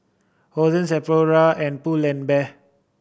Hosen and Pull and Bear